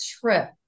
trip